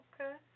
Okay